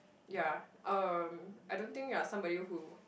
yeah uh I don't think you are somebody who